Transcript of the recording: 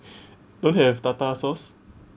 don't have tartar sauce